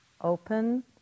open